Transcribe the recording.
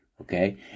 okay